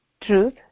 truth